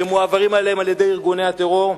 שמועברים אליהם על-ידי ארגוני הטרור.